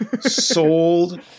sold